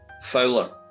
Fowler